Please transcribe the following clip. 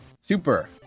super